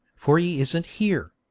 for he isn't here.